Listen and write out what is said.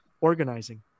organizing